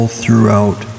throughout